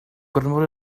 gormod